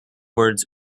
words